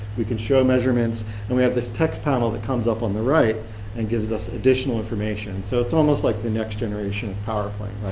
we can show measurements and we have this text panel that comes up on the right that and gives us additional information. so it's almost like the next generation of powerplane,